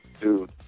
dude